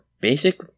basic